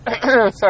Sorry